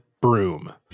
broom